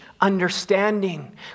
understanding